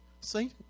See